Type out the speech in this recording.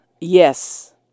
yes